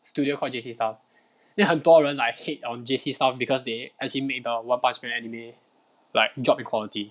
studio called J_C style then 很多人 like hate on J_C style because they actually made the one punch man anime like drop the quality